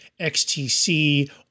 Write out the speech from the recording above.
XTC